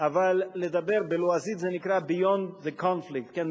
אבל בלועזית זה נקרא beyond the conflict, כן?